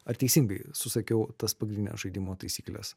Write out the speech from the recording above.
ar teisingai susakiau tas pagrindines žaidimo taisykles